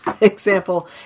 example